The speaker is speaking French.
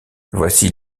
voici